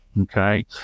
Okay